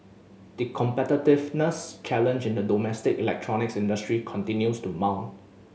the competitiveness challenge in the domestic electronics industry continues to mount